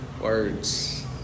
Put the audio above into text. Words